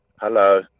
Hello